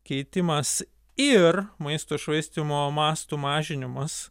keitimas ir maisto švaistymo mastų mažinimas